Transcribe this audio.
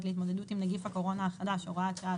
להתמודדות עם נגיף הקורונה החדש (הוראת שעה),